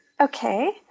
Okay